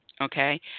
Okay